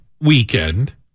weekend